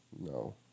No